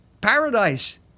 paradise